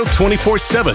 24-7